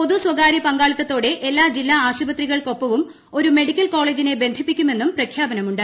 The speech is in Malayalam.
പൊതു സ്ഥാപിക്കാളിത്ത്തോടെ എല്ലാ ജില്ല ആശുപത്രികൾക്കൊപ്പവും ഒരു മെഡിക്കൽ കോളെജിനെ ബന്ധിപ്പിക്കുമെന്നും പ്രഖ്യാപനമുണ്ട്